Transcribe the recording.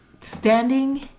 standing